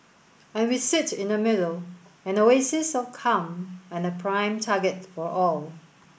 and we sit in the middle an oasis of calm and a prime target for all